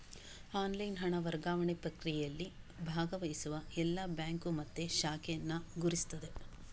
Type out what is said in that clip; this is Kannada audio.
ಆನ್ಲೈನ್ ಹಣ ವರ್ಗಾವಣೆ ಪ್ರಕ್ರಿಯೆಯಲ್ಲಿ ಭಾಗವಹಿಸುವ ಎಲ್ಲಾ ಬ್ಯಾಂಕು ಮತ್ತೆ ಶಾಖೆಯನ್ನ ಗುರುತಿಸ್ತದೆ